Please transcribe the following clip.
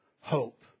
hope